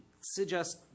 suggest